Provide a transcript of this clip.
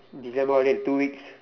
December holiday two weeks